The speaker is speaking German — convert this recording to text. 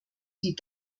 die